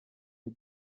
der